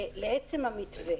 לעצם המתווה